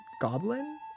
Goblin